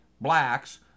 blacks